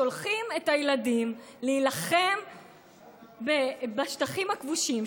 שולחים את הילדים להילחם בשטחים הכבושים,